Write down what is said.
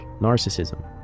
narcissism